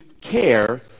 care